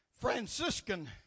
Franciscan